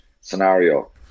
scenario